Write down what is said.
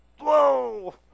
Whoa